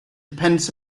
depends